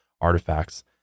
artifacts